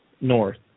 North